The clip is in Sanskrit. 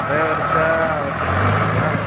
त्रय वर्षावश्यकम् अस्ति वा